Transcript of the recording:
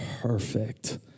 perfect